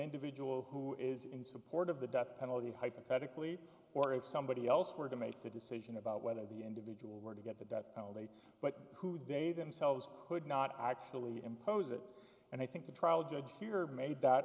individual who is in support of the death penalty hypothetically or if somebody else were to make the decision about whether the individual were to get the death penalty but who they themselves could not actually impose it and i think the trial judge here made that